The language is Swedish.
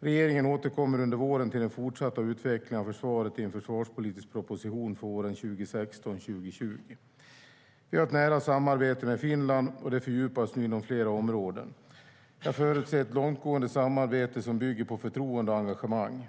Regeringen återkommer under våren till den fortsatta utvecklingen av försvaret i en försvarspolitisk proposition för åren 2016-2020. Vi har ett nära samarbete med Finland, och det fördjupas nu inom flera områden. Jag förutser ett långtgående samarbete som bygger på förtroende och engagemang.